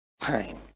time